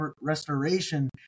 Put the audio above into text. Restoration